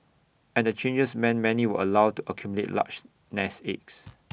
and the changes meant many were allowed to accumulate large nest eggs